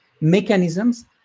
mechanisms